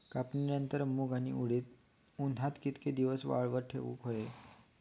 कापणीनंतर मूग व उडीद उन्हात कितके दिवस वाळवत ठेवूक व्हये?